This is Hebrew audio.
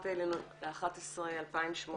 ה-21.11.2018.